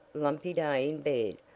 lumpy day in bed!